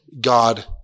God